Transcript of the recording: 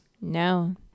No